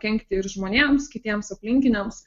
kenkti ir žmonėms kitiems aplinkiniams